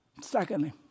Secondly